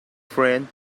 friend